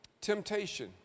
Temptation